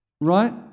Right